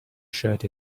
shirt